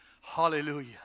Hallelujah